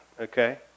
okay